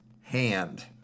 hand